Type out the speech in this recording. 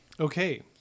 Okay